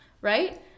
right